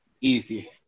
Easy